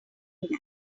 doing